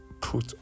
put